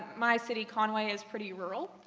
my city conway is pretty rural. ah,